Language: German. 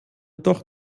doch